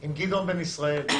עם גדעון בן-ישראל.